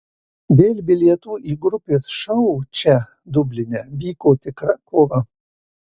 dėl bilietų į grupės šou čia dubline vyko tikra kova